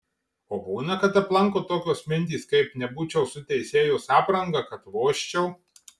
o būna kad aplanko tokios mintys kaip nebūčiau su teisėjos apranga kad vožčiau